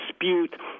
dispute